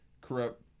Corrupt